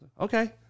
Okay